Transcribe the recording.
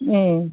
ओम